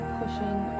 pushing